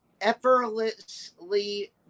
effortlessly